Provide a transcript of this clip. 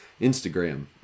Instagram